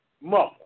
mother